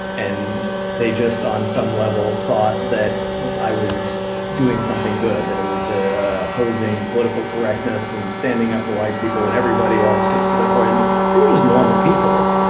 and they just, on some level, thought that i was doing something good that i was ah opposing political correctness and standing up for white people when everybody else gets stood up for. and they were just normal people.